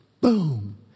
boom